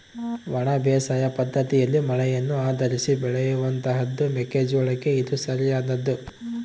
ಒಣ ಬೇಸಾಯ ಪದ್ದತಿಯಲ್ಲಿ ಮಳೆಯನ್ನು ಆಧರಿಸಿ ಬೆಳೆಯುವಂತಹದ್ದು ಮೆಕ್ಕೆ ಜೋಳಕ್ಕೆ ಇದು ಸರಿಯಾದದ್ದು